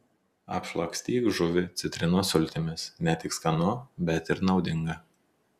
apšlakstyk žuvį citrinos sultimis ne tik skanu bet ir naudinga